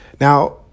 Now